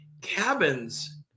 cabins